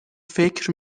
فکر